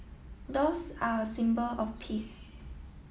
doves are a symbol of peace